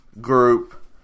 group